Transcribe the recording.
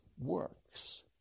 works